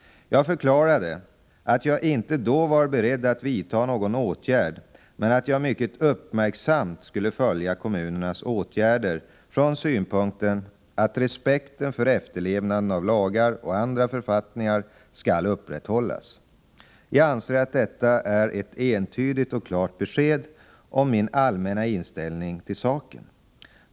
Jag förklarade att jag inte då var beredd att vidta någon åtgärd men att jag mycket uppmärksamt skulle följa kommunernas åtgärder från synpunkten att respekten för efterlevnaden av lagar och andra författningar skall upprätthållas. Jag anser att detta är ett entydigt och klart besked om min allmänna inställning till saken.